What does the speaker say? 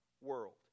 world